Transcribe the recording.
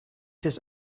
this